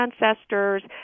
ancestors